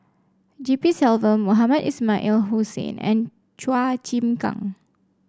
G P Selvam Mohamed Ismail Hussain and Chua Chim Kang